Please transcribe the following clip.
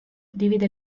divide